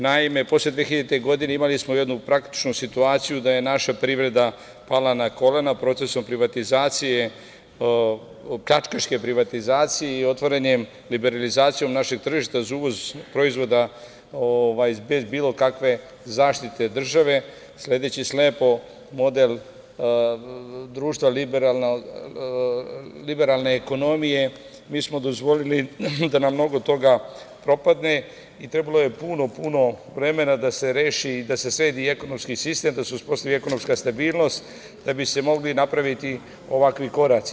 Naime, posle 2000. godine imali smo jednu praktičnu situaciju, da je naša privreda pala na kolena procesom pljačkaške privatizacije i otvaranjem, liberalizacijom našeg društva za uvoz proizvoda bez bilo kakve zaštite države, sledeći slepo model društva liberalne ekonomije, mi smo dozvolili da nam mnogo toga propadne i trebalo je puno, puno vremena da se sredi ekonomski sistem, da se uspostavi ekonomska stabilnost da bi se mogli napraviti ovakvi koraci.